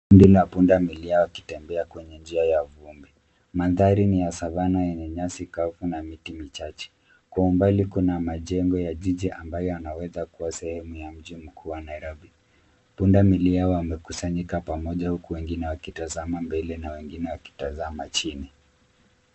Kundi la pundamilia wakitembea kwenye njia ya vumbi. Mandhari ni ya Savana yenye nyasi kavu na miti michache. Kwa umbali kuna majengo ya jiji ambayo yanaweza kuwa sehemu ya mji mkuu wa Nairobi. Pundamilia wamekusanyika pamoja uku wengine wakitazama mbele na wengine wakitazama chini.